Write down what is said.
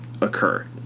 occur